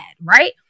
right